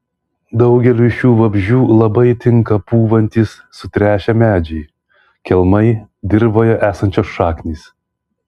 daugeliui šių vabzdžių labai tinka pūvantys sutrešę medžiai kelmai dirvoje esančios šaknys